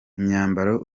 imyambaro